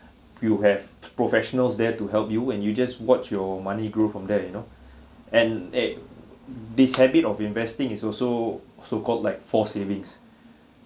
you have professionals there to help you when you just watch your money grew from there you know and eh this habit of investing is also so called like force savings